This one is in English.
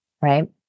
right